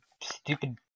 stupid